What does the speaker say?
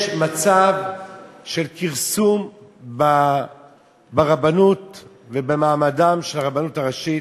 יש מצב של כרסום ברבנות ובמעמדה של הרבנות הראשית,